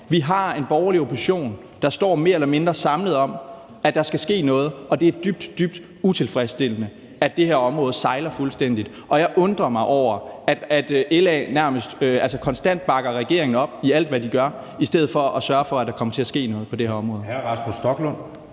Vi har en borgerlig opposition, der står mere eller mindre samlet om, at der skal ske noget, og det er dybt, dybt utilfredsstillende, at det her område sejler fuldstændig. Og jeg undrer mig over, at LA nærmest konstant bakker regeringen op i alt, hvad de gør, i stedet for at sørge for, at der kommer til at ske noget på det her område.